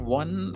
one